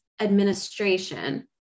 administration